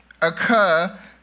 occur